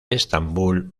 estambul